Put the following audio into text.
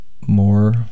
more